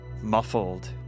muffled